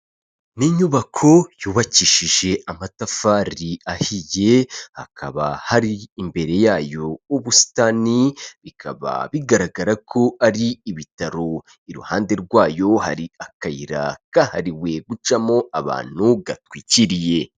Ni inyubako yubakishije amatafari ahiye hakaba hari imbere yayo ubusitani bikaba bigaragara ko ari ibitaro, iruhande rwayo hari akayira kahariwe gucamo abantu gatwikiriye.